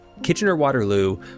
Kitchener-Waterloo